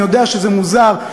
אני יודע שזה מוזר,